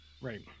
Right